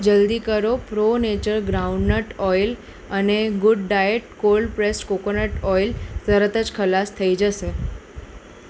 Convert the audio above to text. જલદી કરો pro nature groundnut oil અને good diet cold pressed coconut oil તરત જ ખલાસ થઇ જશે